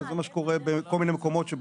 וזה מה שקורה בכל מיני מקומות.